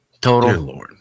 total